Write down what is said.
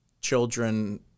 children